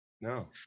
No